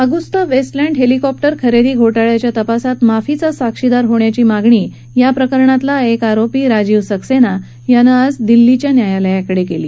Agusta Westland helicopter खरेदी घोटाळयाच्या तपासात माफीचा साक्षीदार होण्याची मागणी या प्रकरणातला एक आरोपी राजीव सक्सेना यानं आज दिल्लीच्या न्यायालयाकडे केली